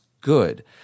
good